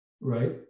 right